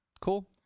Cool